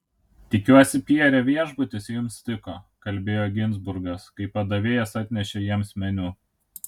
tikiuosi pierre viešbutis jums tiko kalbėjo ginzburgas kai padavėjas atnešė jiems meniu